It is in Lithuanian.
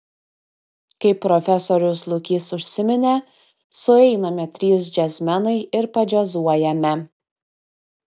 kaip profesorius lukys užsiminė sueiname trys džiazmenai ir padžiazuojame